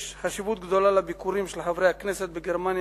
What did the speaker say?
יש חשיבות גדולה לביקורים של חברי הכנסת בגרמניה,